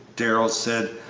darrell said,